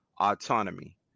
autonomy